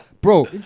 bro